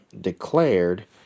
declared